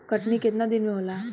कटनी केतना दिन मे होला?